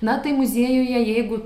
na tai muziejuje jeigu